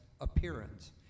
appearance